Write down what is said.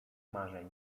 marzeń